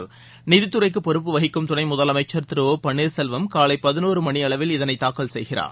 பொறுப்பு நிதித்துறைக்கு வகிக்கும் துணைமுதலமைச்சர் திரு ஒ பன்னீர்செல்வம் காலை பதினோரு மணியளவில் இதனை தாக்கல் செய்கிறார்